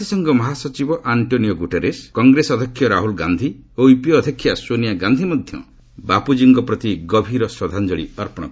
ଜାତିସଂଘ ମହାସଚିବ ଆକ୍ଷୋନିଓ ଗୁଟେରସ୍ କଂଗ୍ରେସ ଅଧ୍ୟକ୍ଷ ରାହୁଲ ଗାନ୍ଧି ଓ ୟୁପିଏ ଅଧ୍ୟକ୍ଷା ସୋନିଆ ଗାନ୍ଧି ମଧ୍ୟ ବାପୁଜୀଙ୍କ ପ୍ରତି ଗଭୀର ଶ୍ରଦ୍ଧାଞ୍ଜଳୀ ଅର୍ପଣ କରିଛନ୍ତି